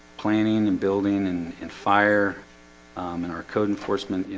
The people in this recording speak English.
planning and building and and fire um and our code enforcement,